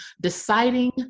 deciding